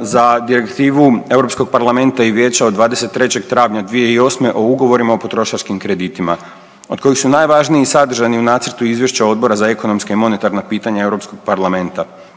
za Direktivu EU Parlamenta i Vijeća od 23. travnja 2008. o ugovorima o potrošačkim kreditima, od kojih su najvažniji sadržani u nacrtu Izvješća Odbora za ekonomska i monetarna pitanja EU parlamenta.